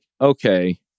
okay